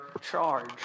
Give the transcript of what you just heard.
charge